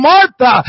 Martha